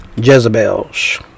Jezebels